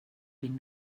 been